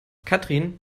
katrin